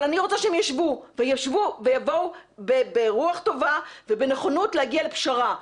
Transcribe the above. אני רוצה שהם ישבו ויבואו ברוח טובה ובנכונות להגיע לפשרה.